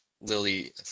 Lily